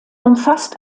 umfasst